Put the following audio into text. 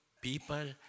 people